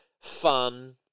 fun